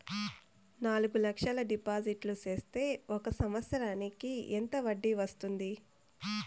నాలుగు లక్షల డిపాజిట్లు సేస్తే ఒక సంవత్సరానికి ఎంత వడ్డీ వస్తుంది?